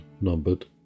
numbered